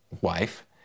wife